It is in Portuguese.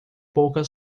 pouca